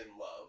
love